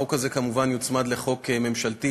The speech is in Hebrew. החוק הזה כמובן יוצמד לחוק ממשלתי,